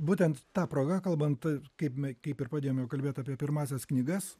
būtent ta proga kalbant taip kaip me kaip ir pradėjome kalbėt apie pirmąsias knygas